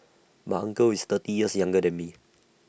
my uncle is thirty years younger than me